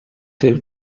his